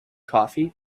coffee